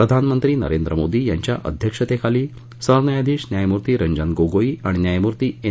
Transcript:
प्रधानमंत्री नरेंद्र मोदी यांच्या अध्यक्षतेखाली सरन्यायाधीश न्यायमूर्ती रंजन गोगोई आणि न्यायमूर्ती एन